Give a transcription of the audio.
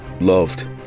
loved